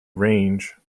range